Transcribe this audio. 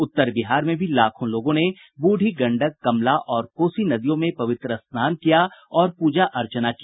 उत्तर बिहार में भी लाखों लोगों ने बूढ़ी गंडक कमला और कोसी नदियों में पवित्र स्नान किया और प्रजा अर्चना की